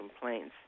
complaints